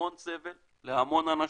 המון סבל להמון אנשים,